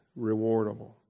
rewardable